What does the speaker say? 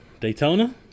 Daytona